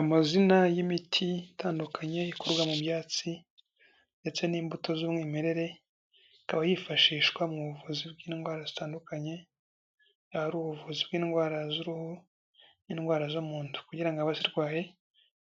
Amazina y'imiti itandukanye ikorwa mu byatsi ndetse n'imbuto z'umwimerere, ikaba yifashishwa mu buvuzi bw'indwara zitandukanye, hari ubuvuzi bw'indwara z'uruhu n'indwara zo mu nda kugira ngo abazirwaye